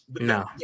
No